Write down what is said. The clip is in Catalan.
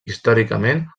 històricament